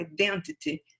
identity